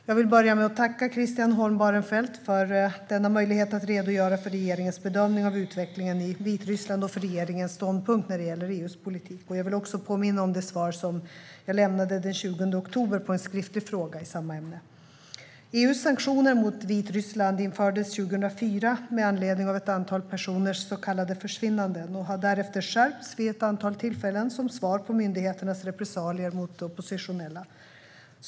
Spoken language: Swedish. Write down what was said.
Jag vill börja med att tacka Christian Holm Barenfeld för denna möjlighet att redogöra för regeringens bedömning av utvecklingen i Vitryssland och för regeringens ståndpunkt när det gäller EU:s politik. Jag vill också påminna om det svar jag lämnade den 20 oktober på en skriftlig fråga i samma ämne. EU:s sanktioner mot Vitryssland infördes 2004 med anledning av ett antal personers så kallade försvinnanden och har därefter skärpts vid ett flertal tillfällen som svar på myndigheternas repressalier mot oppositionella.